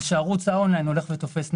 שערוץ האון-ליין הולך ותופס נפח.